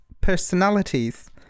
personalities